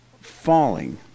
falling